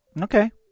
Okay